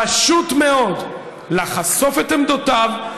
פשוט מאוד לחשוף את עמדותיו,